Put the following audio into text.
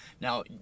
Now